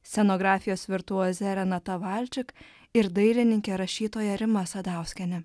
scenografijos virtuoze renata valčik ir dailininke rašytoja rima sadauskiene